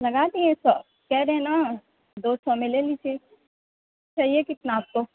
لگا دیئے ہیں سو کہہ رہے ہیں نا دو سو میں لے لیجیے چاہیے کِتنا آپ کو